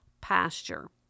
pasture